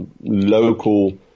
local